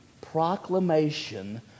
proclamation